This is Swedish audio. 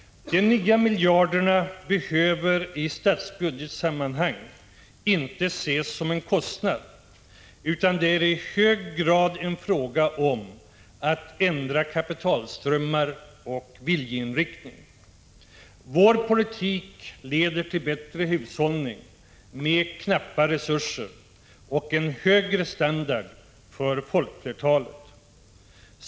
De nya miljarderna behöver i statsbudgetssammanhang inte ses som en kostnad, utan det är i hög grad en fråga om att ändra kapitalströmmar och viljeinriktning. Vår politik leder till bättre hushållning med knappa resurser och en högre standard för folkflertalet.